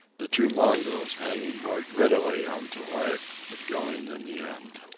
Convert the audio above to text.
the two mongrels hanging more grittily on to life, but going in the end.